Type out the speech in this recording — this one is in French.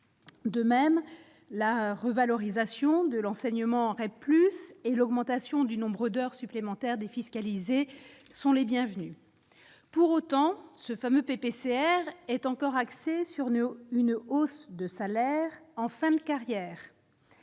de même la revalorisation de l'enseignement aurait plus et l'augmentation du nombre d'heures supplémentaires défiscalisées sont les bienvenus pour autant ce fameux PPCR est encore axé sur nous une hausse de salaire en fin de carrière,